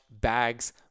bags